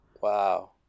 Wow